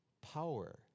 power